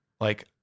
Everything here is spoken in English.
Like-